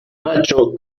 macho